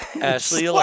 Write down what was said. Ashley